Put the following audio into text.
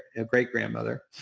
a great grandmother,